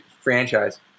franchise